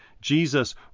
Jesus